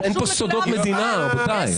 אין פה סודות מדינה, רבותיי.